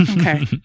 Okay